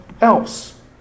else